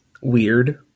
weird